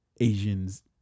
Asians